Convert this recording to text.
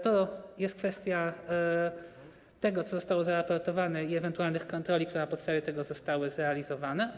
To jest kwestia tego, co zostało zaraportowane i ewentualnych kontroli, które na podstawie tego zostały zrealizowane.